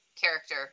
character